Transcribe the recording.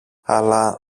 αλλά